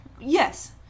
Yes